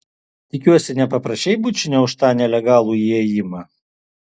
tikiuosi nepaprašei bučinio už tą nelegalų įėjimą